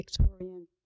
Victorian